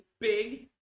big